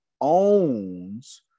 owns